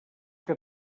que